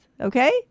okay